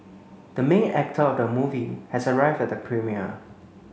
the main actor of the movie has arrived at the premiere